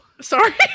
Sorry